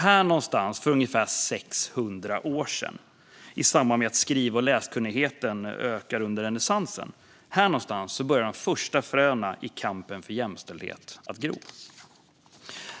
Här någonstans, för ungefär 600 år sedan, i samband med att skriv och läskunnigheten ökar under renässansen, börjar de första fröna i kampen för jämställdhet att gro.